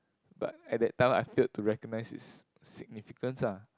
but at that time I failed to recognise its significance ah